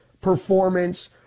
performance